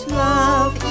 love